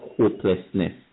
hopelessness